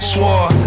Swore